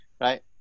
right